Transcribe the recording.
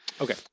Okay